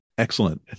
Excellent